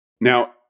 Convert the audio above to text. Now